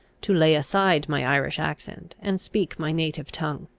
to lay aside my irish accent, and speak my native tongue.